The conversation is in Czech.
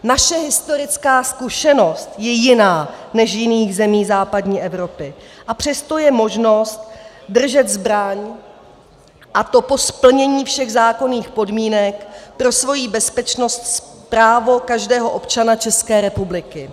Naše historická zkušenost je jiná než v jiných zemích západní Evropy, a přesto je možnost držet zbraň, a to po splnění všech zákonných podmínek, pro svoji bezpečnost právem každého občana České republiky.